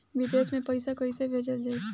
विदेश में पईसा कैसे भेजल जाई?